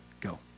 go